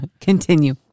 Continue